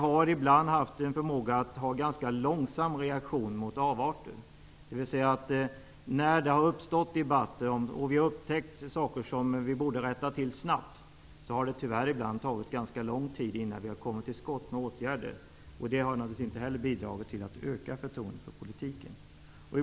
Vår reaktion mot avarter har ibland varit långsam. När det har uppstått debatter och vi har upptäckt saker som vi borde ha rättat till snabbt, har det tyvärr tagit ganska lång tid innan vi kommit till skott med åtgärder. Det har naturligtvis inte heller bidragit till att öka förtroendet för politiken.